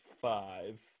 five